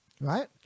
Right